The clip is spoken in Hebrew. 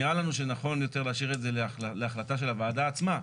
נראה לנו שנכון יותר להשאיר את זה להחלטה של הוועדה עצמה.